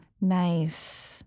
Nice